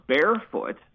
barefoot